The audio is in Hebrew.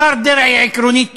השר דרעי עקרונית תומך,